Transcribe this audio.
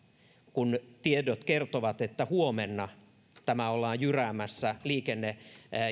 kun tiedot kertovat että huomenna tämä ollaan jyräämässä liikenne